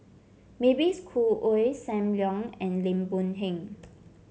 Mavis Khoo Oei Sam Leong and Lim Boon Heng